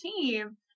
team